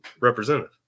representative